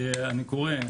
אני קורא,